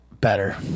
better